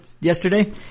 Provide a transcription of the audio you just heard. yesterday